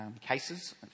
cases